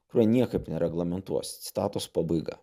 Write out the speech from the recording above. kurio niekaip nereglamentuosi citatos pabaiga